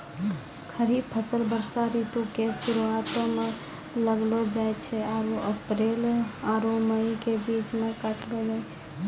खरीफ फसल वर्षा ऋतु के शुरुआते मे लगैलो जाय छै आरु अप्रैल आरु मई के बीच मे काटलो जाय छै